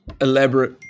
elaborate